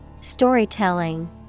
Storytelling